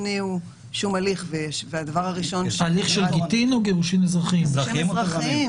יש פה הסכמת כל הנוגעים בדבר במקרה שבו אין סמכות לבית הדין והסמכות היא